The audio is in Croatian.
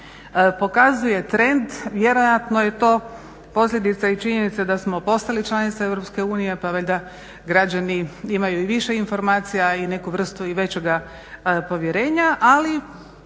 pokazuje trend, vjerojatno je i to posljedica i činjenica da smo postali članica EU pa onda građani imaju i više informacija i neku vrstu i većega povjerenja, ali